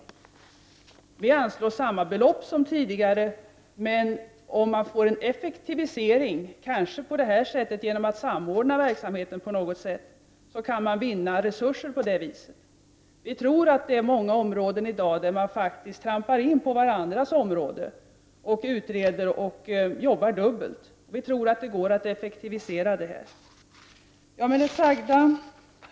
Vi i folkpartiet vill anslå samma belopp som tidigare, men om en effektivisering sker, kanske genom att man samordnar verksamheten på något sätt, kan man vinna resurser på detta vis. Vi tror att det finns många frågor där dessa myndigheter trampar in på varandras område och att man utreder och arbetar dubbelt. Vi tror att det går att effektivisera detta arbete. Herr talman!